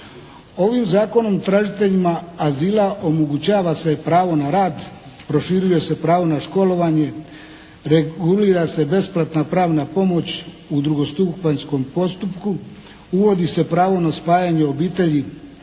Ovim zakonom tražiteljima azila omogućava se pravo na rad, proširuje se pravo na školovanje, regulira se besplatna pravna pomoć u drugostupanjskom postupku, uvodi se pravo na spajanje obitelji